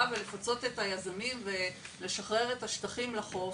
ולפצות את היזמים ולשחרר את השטחים לחוף,